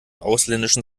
ausländischen